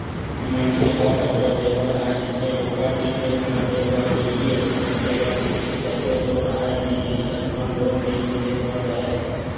मनखे ह करजा लेय बर आय रहिथे ओखर तीर बेंक ल देय बर गिरवी असन रखे बर कुछु तको तो राहय नइ अइसन म लोन नइ मिले बर धरय